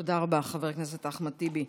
תודה רבה, חבר הכנסת אחמד טיבי.